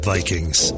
Vikings